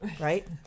right